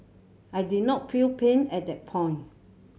I did not feel pain at that point